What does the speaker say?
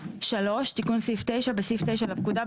3. בסעיף 9 לפקודה,